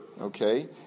Okay